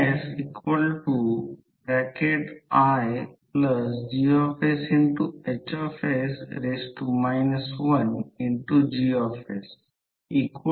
तर Fm1 500 ampere turn आता असे दिसते की हे सर्किट DC सर्किट सारखे आहे ही फ्लक्सची दिशा आहे कारण रॅप करंटच्या दिशेने कॉइलला पकडते मग अंगठा म्हणजे फ्लक्सची दिशा असेल